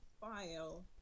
file